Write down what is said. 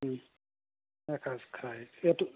ও এসাজ খায় এইটো